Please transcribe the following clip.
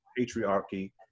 patriarchy